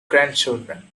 grandchildren